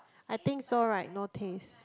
I think so right no taste